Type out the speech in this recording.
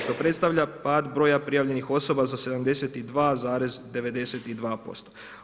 Što predstavlja pad broja prijavljenih osoba za 72,92%